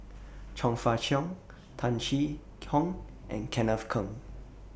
Chong Fah Cheong Tung Chye Hong and Kenneth Keng